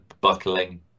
buckling